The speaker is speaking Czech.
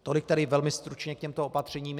Tolik tedy velmi stručně k těmto opatřením.